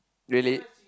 really